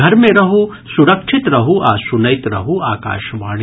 घर मे रहू सुरक्षित रहू आ सुनैत रहू आकाशवाणी